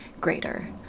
greater